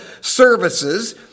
services